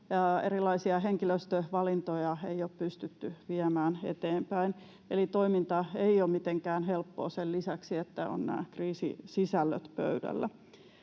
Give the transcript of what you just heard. erilaisia henkilöstövalintoja ei ole pystytty viemään eteenpäin, eli toiminta ei ole mitenkään helppoa — sen lisäksi, että nämä kriisisisällöt ovat pöydällä.